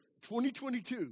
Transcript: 2022